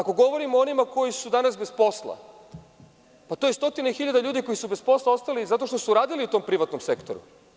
Ako govorimo o onima koji su danas bez posla, pa to je stotine hiljada ljudi koji su bez posla ostali zato što su radili u tom privatnom sektoru.